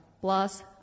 Plus